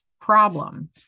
problem